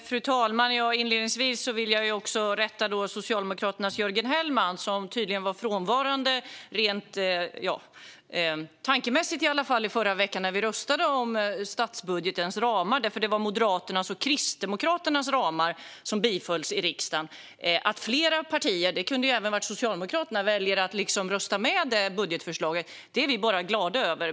Fru talman! Inledningsvis vill jag rätta Socialdemokraternas Jörgen Hellman som tydligen var frånvarande, i alla fall tankemässigt, när vi röstade om statsbudgetens ramar. Det var nämligen Moderaternas och Kristdemokraternas ramar som bifölls av riksdagen. Att fler partier - det kunde även ha varit Socialdemokraterna - valde att rösta för budgetförslaget är vi bara glada över.